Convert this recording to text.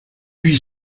huit